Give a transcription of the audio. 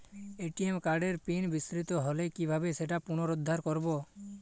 ATM কার্ডের pin বিস্মৃত হলে কীভাবে সেটা পুনরূদ্ধার করব?